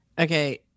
Okay